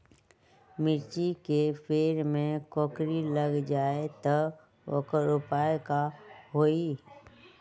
मिर्ची के पेड़ में कोकरी लग जाये त वोकर उपाय का होई?